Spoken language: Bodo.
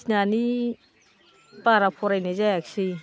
गिनानै बारा फरायनाय जायाखिसै